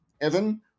Evan